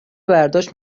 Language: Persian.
برداشت